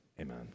Amen